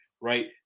Right